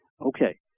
Okay